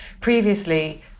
previously